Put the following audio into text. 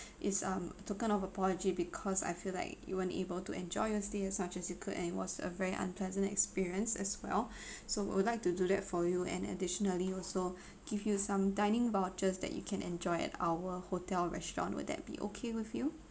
it's um token of apology because I feel like you weren't able to enjoy your stay as much as you could and it was a very unpleasant experience as well so we would like to do that for you and additionally also give you some dining vouchers that you can enjoy at our hotel restaurant will that be okay with you